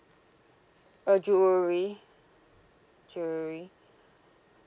uh jewelry jewelry